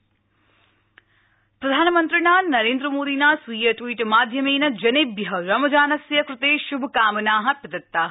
PM Ramzan प्रधानमन्त्रिणा नरेन्द्रमोदिना स्वीय ट्वीट माध्यमेन जनेभ्य रमजानस्य कृते श्भकामना प्रदत्ता